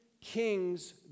king's